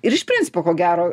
ir iš principo ko gero